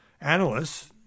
analysts